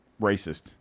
racist